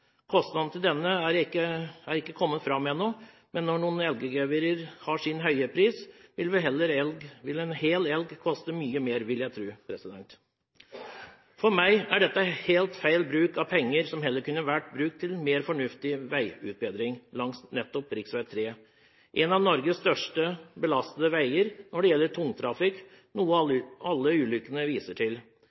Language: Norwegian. er ikke kommet fram ennå, men når noen elggevirer har sin høye pris, vil en hel elg koste mye mer vil jeg tro. For meg er dette helt feil bruk av penger som heller kunne vært brukt til mer fornuftig veiutbedring nettopp langs rv. 3. Dette er en av Norges mest belastede veier når det gjelder tungtrafikk, noe alle ulykkene viser.